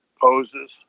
poses